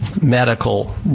medical